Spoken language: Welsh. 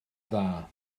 dda